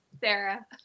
Sarah